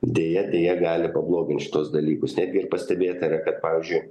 deja deja gali pablogint šituos dalykus netgi ir pastebėta yra kad pavyzdžiui